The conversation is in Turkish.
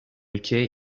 ülkeye